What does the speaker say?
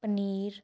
paneer